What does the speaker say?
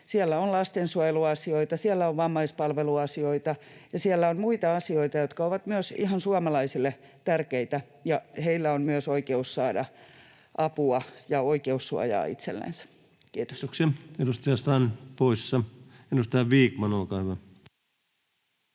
siellä on lastensuojeluasioita, siellä on vammaispalveluasioi-ta ja siellä on muita asioita, jotka ovat myös ihan suomalaisille tärkeitä ja heillä on myös oikeus saada apua ja oikeussuojaa itsellensä. — Kiitos. Kiitoksia. — Edustaja Strand poissa. — Edustaja Vikman, olkaa hyvä.